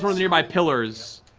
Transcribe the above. nearby pillars,